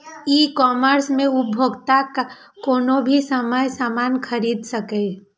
ई commerce मे उपभोक्ता कोनो भी समय सामान खरीद सकैए